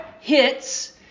hits